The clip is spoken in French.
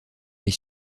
les